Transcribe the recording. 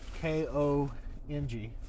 K-O-N-G